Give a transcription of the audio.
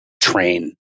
train